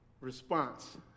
response